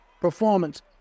performance